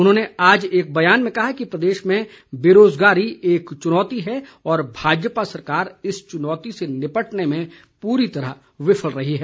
उन्होंने आज एक बयान में कहा कि प्रदेश में बेरोजगारी एक चुनौती है और भाजपा सरकार इस चुनौती से निपटने में पूरी तरह विफल रही है